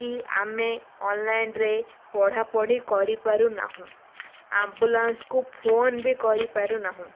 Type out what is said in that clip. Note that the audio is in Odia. କି ଆମେ ଅନ୍ଲାଇନ୍ରେ ପଢ଼ାପଢ଼ି କରିପାରୁନାହୁଁ ଆମ୍ବୁଲାନ୍ସକୁ ଫୋନ୍ ବି କରିପାରୁନାହୁଁ